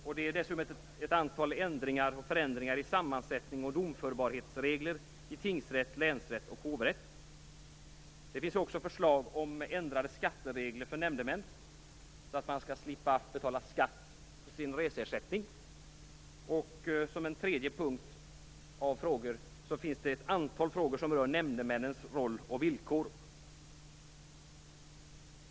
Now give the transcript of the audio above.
Det är för det andra ett antal ändringar i sammansättning och domförhetsregler i tingsrätt, länsrätt och hovrätt. Det är också förslag om ändrade skatteregler för nämndemän, så att de skall slippa betala skatt på sin reseersättning. För det tredje finns det ett antal frågor som rör nämndemännens roll och villkor.